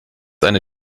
eine